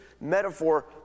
metaphor